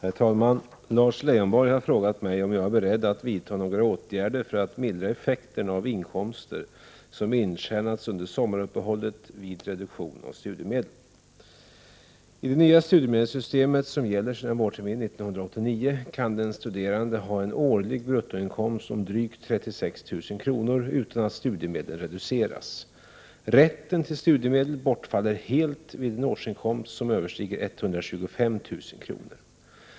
Herr talman! Lars Leijonborg har frågat mig om jag är beredd att vidta några åtgärder för att vid reduktion av studiemedel mildra effekterna av inkomster som intjänats under sommaruppehållet. I det nya studiemedelssystem som gäller sedan vårterminen 1989 kan den studerande ha en årlig bruttoinkomst om drygt 36 000 kr. utan att studiemedlen reduceras. Rätten till studiemedel bortfaller helt vid en årsinkomst som överstiger 125 000 kr.